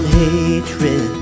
hatred